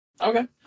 Okay